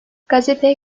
gazete